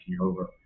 over